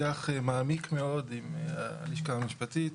מעמיק מאוד עם הלשכה המשפטית,